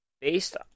based